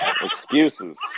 excuses